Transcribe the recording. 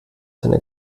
seiner